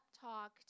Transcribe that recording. talk